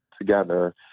together